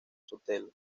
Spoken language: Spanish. sotelo